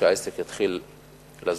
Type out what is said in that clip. שהעסק יתחיל לזוז.